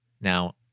Now